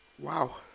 Wow